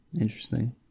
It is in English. Interesting